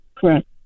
Correct